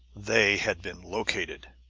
they had been located!